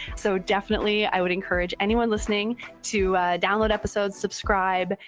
so definitely i would encourage anyone listening to download episodes, subscribe,